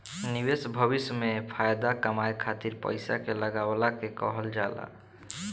निवेश भविष्य में फाएदा कमाए खातिर पईसा के लगवला के कहल जाला